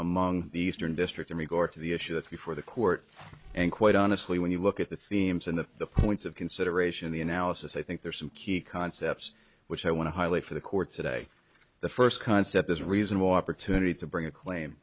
among the eastern district in regard to the issue that's before the court and quite honestly when you look at the themes and the points of consideration the analysis i think there are some key concepts which i want to highlight for the court today the first concept is reasonable opportunity to bring a claim